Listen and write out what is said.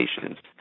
patients